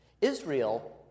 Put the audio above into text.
Israel